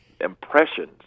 impressions